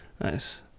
Nice